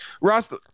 Ross